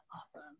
awesome